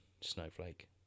snowflake